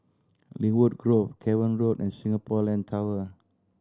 Lynwood Grove Cavan Road and Singapore Land Tower